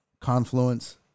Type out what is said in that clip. confluence